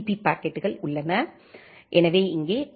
B பாக்கெட்டுகள் உள்ளன எனவே இங்கே டி